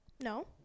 No